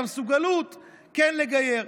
את המסוגלות כן לגייר.